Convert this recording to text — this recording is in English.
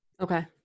Okay